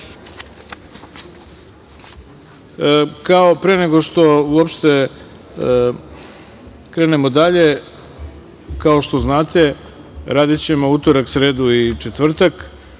nego što uopšte krenemo dalje, kao što znate radićemo utorak, sredu i četvrtak.